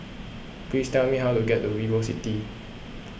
please tell me how to get to VivoCity